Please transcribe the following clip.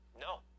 No